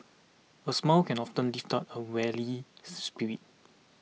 a smile can often lift up a weary spirit